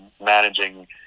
managing